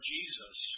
Jesus